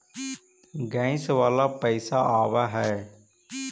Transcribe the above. Gas वाला पैसा आव है?